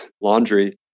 laundry